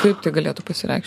kaip tai galėtų pasireikšt